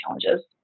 challenges